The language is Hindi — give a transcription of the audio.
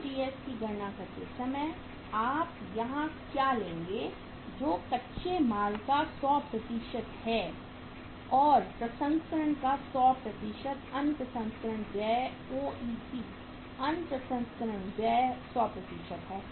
COGS की गणना करते समय आप यहां क्या लेंगे जो कच्चे माल का 100 है और प्रसंस्करण का 100 अन्य प्रसंस्करण व्यय OPE अन्य प्रसंस्करण व्यय 100 है